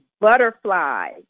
butterfly